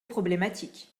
problématique